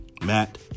Matt